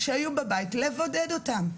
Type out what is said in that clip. לבודד אותם?